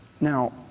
Now